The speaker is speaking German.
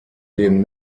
den